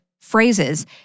phrases